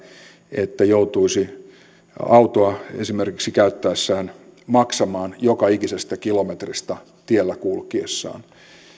että joutuisi esimerkiksi autoa käyttäessään maksamaan joka ikisestä kilometristä tiellä kulkiessaan